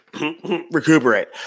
recuperate